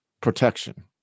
protection